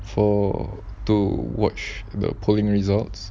for to watch the polling results